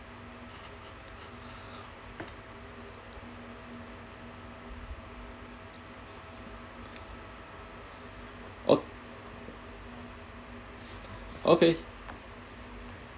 o~ okay